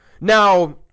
Now